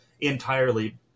entirely